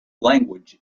language